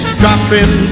dropping